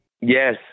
Yes